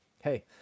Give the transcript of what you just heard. hey